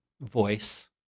voice